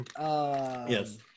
Yes